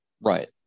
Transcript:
Right